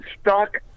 stuck